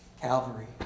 Calvary